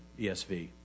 ESV